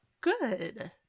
Good